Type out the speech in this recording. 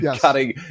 cutting